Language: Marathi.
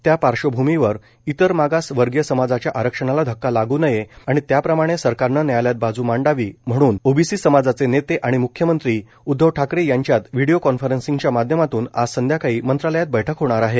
त्या पार्श्वभूमीवर इतरमागासवर्गीय समाजाच्या आरक्षणाला धक्का लागू नये आणि त्याप्रमाणे सरकारन न्यायालयात बाजू मांडावी म्हणून ओबीसी समाजाचे नेते आणि मुख्यमंत्री उद्धव ठाकरे यांच्यात व्हिडिओ कॉन्फरन्सिंगच्या माध्यमातून आज संध्याकाळी मंत्रालयात बैठक होणार आहे